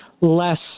less